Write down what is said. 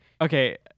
okay